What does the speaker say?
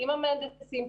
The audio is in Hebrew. עם המהנדסים,